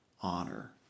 honor